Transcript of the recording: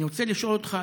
אני רוצה לשאול אותך,